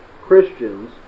Christians